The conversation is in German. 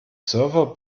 server